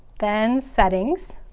then settings